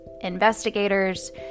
investigators